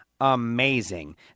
amazing